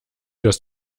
dass